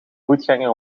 voetganger